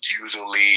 usually